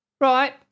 Right